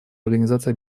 организации